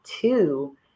two